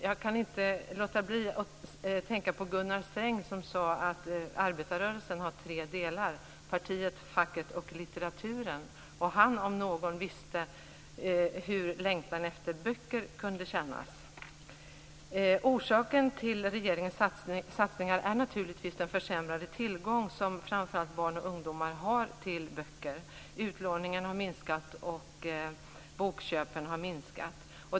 Jag kan inte låta bli att tänka på Gunnar Sträng som sade att arbetarrörelsen har tre delar, nämligen partiet, facket och litteraturen. Han, om någon, visste hur längtan efter böcker kunde kännas. Orsaken till regeringens satsningar är naturligtvis den försämrade tillgång som framför allt barn och ungdomar har till böcker. Utlåningen har minskat, och bokköpen har minskat.